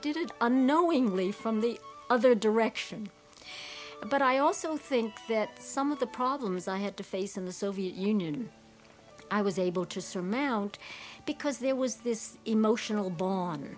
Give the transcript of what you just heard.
did it unknowingly from the other direction but i also think that some of the problems i had to face in the soviet union i was able to surmount because there was this emotional bond